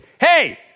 Hey